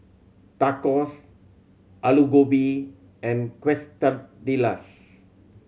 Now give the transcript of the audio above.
Tacos Alu Gobi and Quesadillas